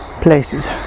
places